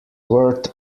worth